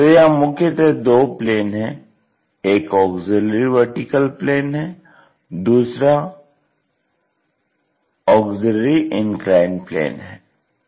तो यहाँ मुख्यतः दो प्लेन हैं एक ऑग्ज़िल्यरी वर्टीकल प्लेन है और दूसरा ऑग्ज़िल्यरी इन्क्लाइन्ड प्लेन है